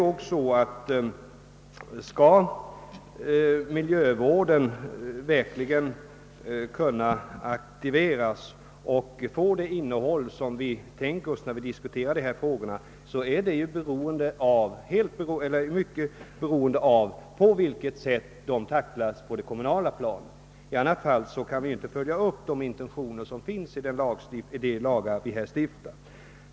Om miljövårdsarbetet skall kunna aktiveras och få det innehåll som vi avser är till stor del beroende av att dessa frågor tacklas på ett riktigt sätt på det kommunala planet. I annat fall kan vi inte följa upp intentionerna i de lagar vi stiftar.